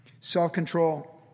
Self-control